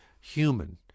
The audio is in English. human